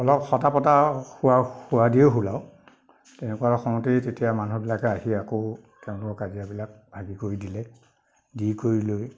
অলপ হতা পতা হোৱা হোৱা দিয়ে হ'ল আও তেনেকুৱা সময়তেই তেতিয়া মানুহবিলাক আহি আকৌ তেওঁলোকৰ কাজিয়াবিলাক হেৰি কৰি দিলে দি কৰি লৈ